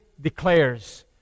declares